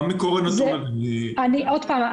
עוד פעם,